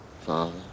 father